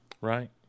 Right